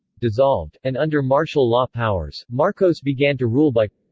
dissolved, and under martial law powers, marcos began to rule by